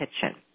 kitchen